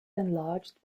enlarged